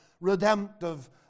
redemptive